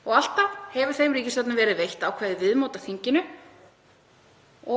og alltaf hefur þeim ríkisstjórnum verið veitt ákveðið viðmót af þinginu